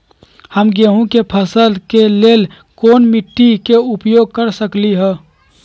हम गेंहू के फसल के लेल कोन मिट्टी के उपयोग कर सकली ह?